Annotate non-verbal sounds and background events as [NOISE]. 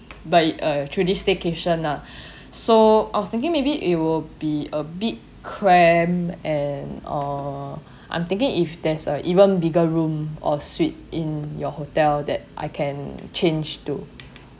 but uh through this staycation lah [BREATH] so I was thinking maybe it will be a bit cramp and uh I'm thinking if there's a even bigger room or suite in your hotel that I can change to